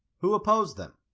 who opposed them?